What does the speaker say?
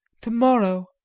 tomorrow